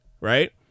right